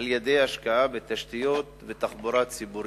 על-ידי השקעה בתשתיות ובתחבורה ציבורית.